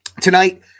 tonight